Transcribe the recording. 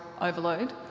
overload